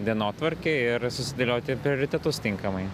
dienotvarkė ir susidėlioti prioritetus tinkamai